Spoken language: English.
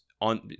on